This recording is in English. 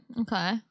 Okay